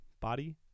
body